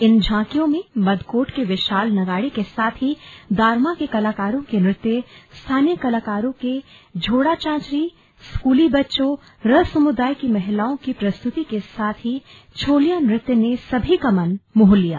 इन झांकियों में मदकोट के विशाल नगाड़े के साथ ही दारमा के कलाकारों के नृत्य स्थानीय कलाकारों के झोड़ा चांचरी स्कूली बच्चों रं समुदाय की महिलाओं की प्रस्तुति के साथ ही छोलिया नृत्य ने सभी का मन मोह लिया